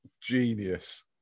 genius